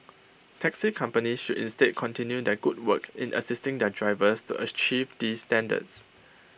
taxi companies should instead continue their good work in assisting their drivers to achieve these standards